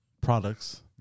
products